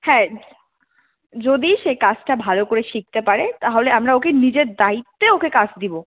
হ্যাঁ যদি সে কাজটা ভালো করে শিখতে পারে তাহলে আমরা ওকে নিজের দায়িত্বে ওকে কাজ দেবো